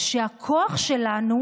שהכוח שלנו